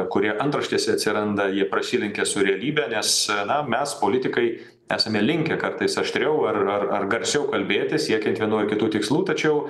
kurie antraštėse atsiranda jie prasilenkia su realybe nes na mes politikai esame linkę kartais aštriau ar ar ar garsiau kalbėti siekiant vienų ar kitų tikslų tačiau